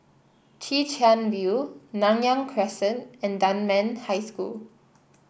Chwee Chian View Nanyang Crescent and Dunman High School